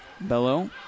Bello